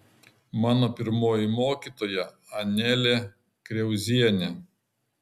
mano pirmoji mokytoja anelė kriauzienė